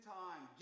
time